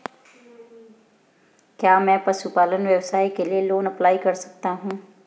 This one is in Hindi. क्या मैं पशुपालन व्यवसाय के लिए लोंन अप्लाई कर सकता हूं?